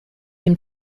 dem